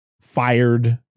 fired